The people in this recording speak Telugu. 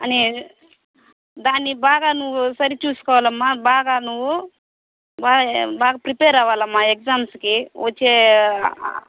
అని దాన్ని బాగా నువ్వు సరిచూసుకోవాలమ్మా బాగా నువ్వు బాగా ప్రిపెర్ అవ్వాలమ్మా ఎగ్జామ్స్కి వచ్చే